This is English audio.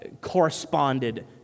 corresponded